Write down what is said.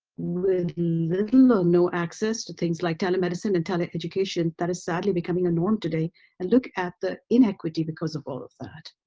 with little or no access to things like telemedicine and tele-education that is sadly becoming unknown today and look at the inequity because of all of that.